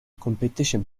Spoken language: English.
competition